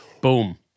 Boom